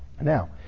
Now